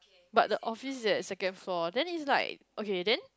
but the office is at second floor then is like okay then